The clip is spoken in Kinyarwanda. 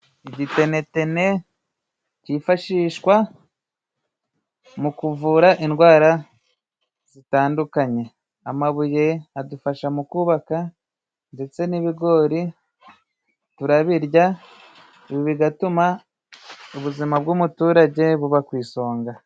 Igitenetene kifashishwa mu kuvura indwara zitandukanye. Amabuye adufasha mu kubaka, ndetse n'ibigori turabirya bigatuma ubuzima bw'umuturage buba ku isonga.